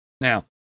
now